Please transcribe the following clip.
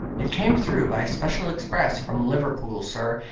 it came through by special express from liverpool, sir,